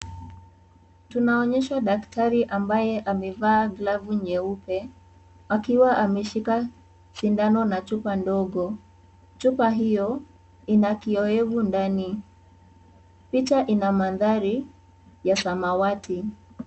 Tunaonyeshwa daktari ambaye amevaa glavu nyeupe akiwa ameshika sindano na chupa ndogo, chupa hiyo ina kiowevu ndani, picha ina mandhari ya samawati.